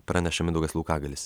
praneša mindaugas laukagalis